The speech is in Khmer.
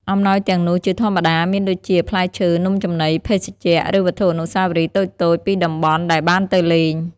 អំណោយទាំងនោះជាធម្មតាមានដូចជា ផ្លែឈើ នំចំណី ភេសជ្ជៈ ឬវត្ថុអនុស្សាវរីយ៍តូចៗពីតំបន់ដែលបានទៅលេង។